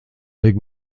avec